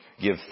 give